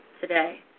today